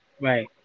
Right